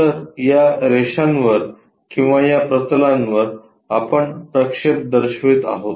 तर या रेषांवर किंवा या प्रतलांवर आपण प्रक्षेप दर्शवित आहोत